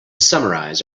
summarize